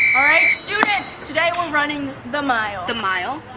alright students today we're running the mile. the mile?